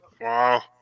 Wow